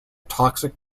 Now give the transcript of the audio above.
toxic